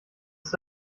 ist